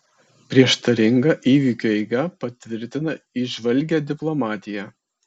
prieštaringa įvykių eiga patvirtina įžvalgią diplomatiją